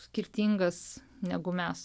skirtingas negu mes